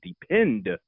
depend